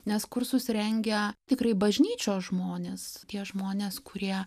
nes kursus rengia tikrai bažnyčios žmonės tie žmonės kurie